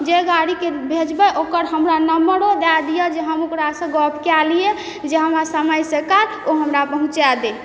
जे गाड़ीके भेजबय ओकर हमरा नम्बरो दए दिअ जे हम ओकरासँ गप कए लियै जे हमरा समय सकाल ओ हमरा पहुँचाय दै